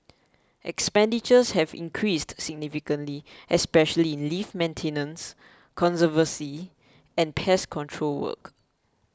expenditures have increased significantly especially in lift maintenance conservancy and pest control work